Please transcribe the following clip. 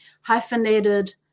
hyphenated